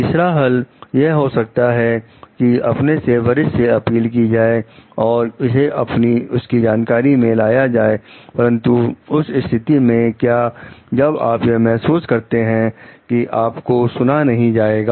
तीसरा हल यह हो सकता है कि अपने से वरिष्ठ से अपील की जाए और इसे उनकी जानकारी में लाया जाए परंतु उस स्थिति में क्या जब आप यह महसूस करते हैं कि आपको सुना नहीं जाएगा